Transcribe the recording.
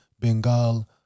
Bengal